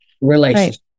relationship